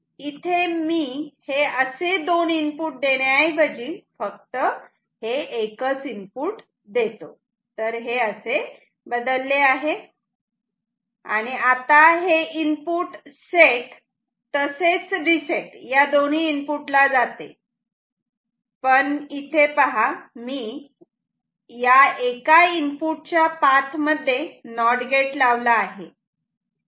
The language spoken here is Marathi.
आता मी हे असे दोन इनपुट देण्याऐवजी इथे फक्त हे एकच इनपुट देतो हे असे बदलले आहे आणि आता हे इनपुट सेट तसेच रिसेट या दोन्ही इनपुटला जाते पण इथे मी या एका इनपुटच्या पाथ मध्ये नॉट गेट लावला आहे